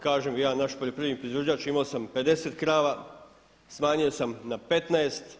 Kaže jedan naš poljoprivredni proizvođač imao sam 50 krava, smanjio sam na 15.